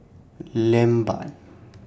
Lambert